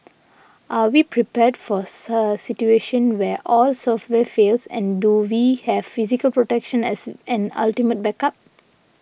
are we prepared for a situation where all software fails and do we have physical protection as an ultimate backup